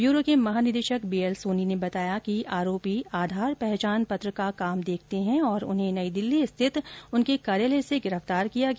bureau के महानिदेशक B सोनी ने बताया कि आरोपी आधार पहचान पत्र का काम देखते हैं और उन्हें नई दिल्ली स्थित उनके कार्यालय से गिरफ्तार किया गया